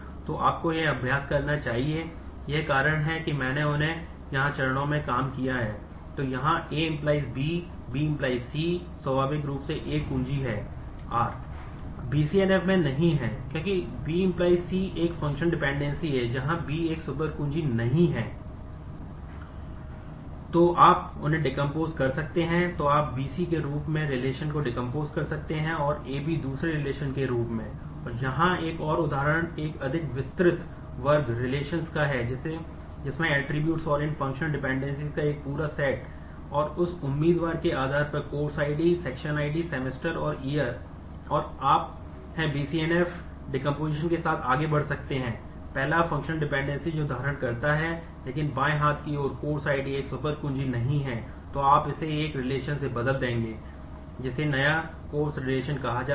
तो आप उन्हें डेकोम्पोस है